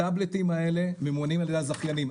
הטאבלטים הלאה ממומנים על ידי הזכיינים,